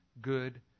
good